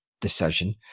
decision